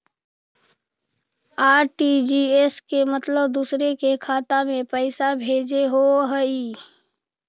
RTGS के मतलब दूसरे के खाता में पईसा भेजे होअ हई?